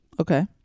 Okay